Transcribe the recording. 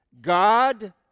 God